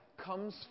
comes